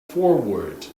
forward